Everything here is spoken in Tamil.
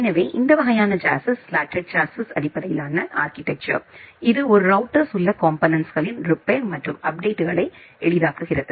எனவே இந்த வகையான சாஸ்ஸிஸ் ஸ்லோட்டெட் சாஸ்ஸிஸ் அடிப்படையிலான ஆர்கிடெக்சர் இது ஒரு ரௌட்டர்ஸ் உள்ள காம்போனென்ட்ஸ்களின் ரிப்பேர் மற்றும் அப்டேட்களை எளிதாக்குகிறது